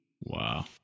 Wow